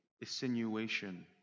insinuation